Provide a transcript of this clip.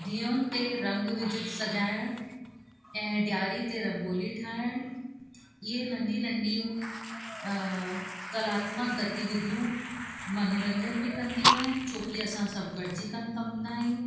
दीयोन ते रंग विझ सजाइण ऐं ॾियारी ते रंगोली ठाहिणु इहे नंढी नंढियूं कलात्मक गतिविधियूं मनोरंजन बि कंदियूं आहिनि छो कि असां सभु गॾिजी कन कमु कंदा आहियूं